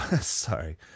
sorry